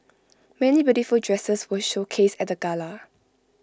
many beautiful dresses were showcased at the gala